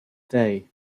day